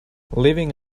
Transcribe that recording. living